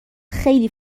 خیلی